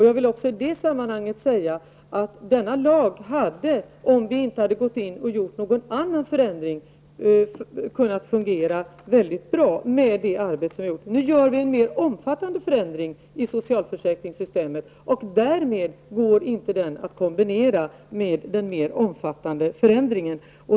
Jag vill också i det sammanhanget säga att denna lag hade -- om vi inte hade gjort någon annan förändring -- kunnat fungera mycket bra efter det arbete som vi har utfört. Nu gör vi en mer omfattande förändring i socialförsäkringssystemet, och då går det inte att kombinera den lagen med denna mer omfattande förändring.